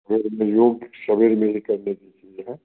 योग योग सवेरे में ही करने की चीज़ है